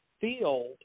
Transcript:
field